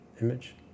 image